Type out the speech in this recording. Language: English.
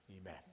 Amen